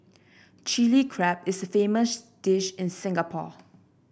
Chilli Crab is a famous dish in Singapore